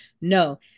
no